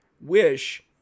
wish